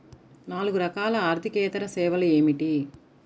నాలుగు రకాల ఆర్థికేతర సేవలు ఏమిటీ?